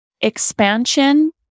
expansion